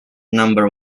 number